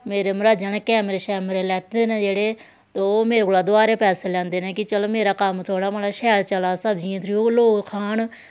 मेरे मरहाजै ने कैमरे शैमरे लैत्ते दे न जेह्ड़े ते ओह् मेरे कोला दोआरे पैसे लैंदे न कि चल मेरा कम्म थोह्ड़ा मता शैल चलै सब्जियै थ्रू लोक खान